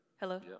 Hello